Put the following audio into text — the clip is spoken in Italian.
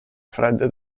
fredde